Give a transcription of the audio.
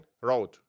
road